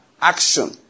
action